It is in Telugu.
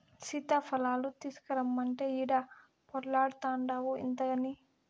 సీతాఫలాలు తీసకరమ్మంటే ఈడ పొర్లాడతాన్డావు ఇంతగని